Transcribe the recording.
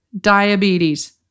diabetes